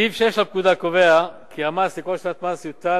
סעיף 6 לפקודה קובע כי המס לכל שנת מס יוטל